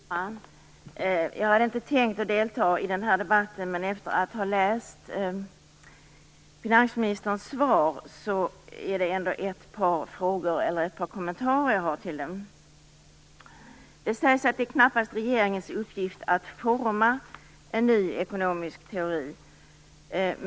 Fru talman! Jag hade inte tänkt delta i den här debatten. Men efter att ha läst finansministerns svar har jag några kommentarer till det. Det sägs att det knappast är regeringens uppgift att forma en ny ekonomisk teori.